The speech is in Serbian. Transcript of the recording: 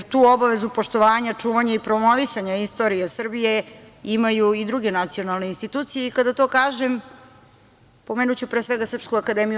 Obavezu poštovanja, čuvanja i promovisanja istorije Srbije imaju i druge nacionalne institucije i kada to kažem, pomenuću pre svega SANU.